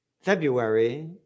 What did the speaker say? February